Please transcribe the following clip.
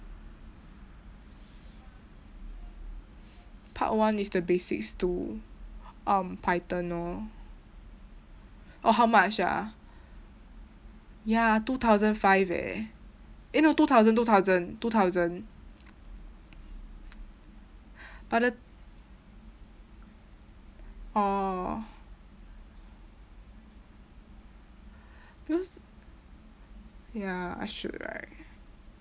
part one is the basics to um python orh oh how much ah ya two thousand five eh eh no two thousand two thousand two thousand but the orh because ya I should right